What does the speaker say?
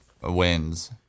wins